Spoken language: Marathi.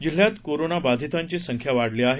जिल्ह्यात कोरोना बाधितांची संख्या वाढली आहे